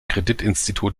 kreditinstitut